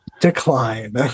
decline